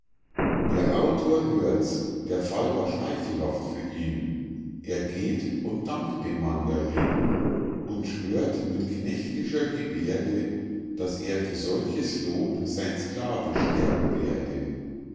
der autor hört's der fall war schmeichelhaft für ihn er geht und dankt dem mandarin und schwört mit knechtischer geberde daß er für solches lob sein sclave sterben werde